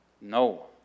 No